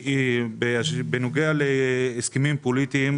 בנוגע להסכמים פוליטיים.